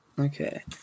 Okay